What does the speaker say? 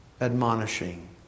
admonishing